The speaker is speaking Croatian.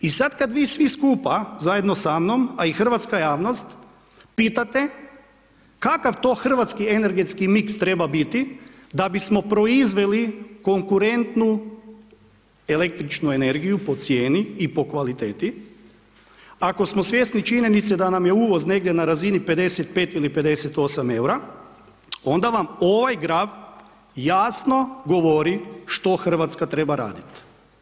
I sad kad vi svi skupa zajedno samnom a i hrvatska javnost, pitate, kakav to hrvatski energetski mix treba biti da bismo proizveli konkurentnu električnu energiju, po cijeni i po kvaliteti, ako smo svjesni činjenice, da nam je uvoz negdje na razini 55 ili 58 eura, onda vam ovaj graf jasno govori što Hrvatska treba raditi.